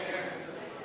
כן, כן.